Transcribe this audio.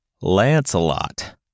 Lancelot